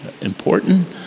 important